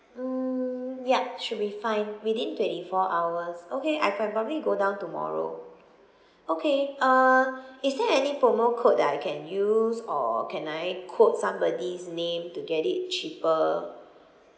mm yup should be fine within twenty four hours okay I probably go down tomorrow okay uh is there any promo code that I can use or can I quote somebody's name to get it cheaper